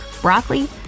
broccoli